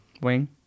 Wing